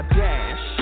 dash